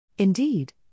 Indeed